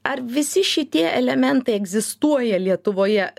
ar visi šitie elementai egzistuoja lietuvoje